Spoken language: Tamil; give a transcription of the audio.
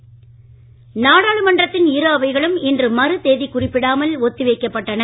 நாடாளுமன்றம் நாடாளுமன்றத்தின்இருஅவைகளும்இன்றுமறுதேதிகுறிப்பிடாமல்ஒத்தி வைக்கப்பட்டன